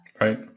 right